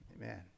Amen